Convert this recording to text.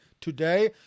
today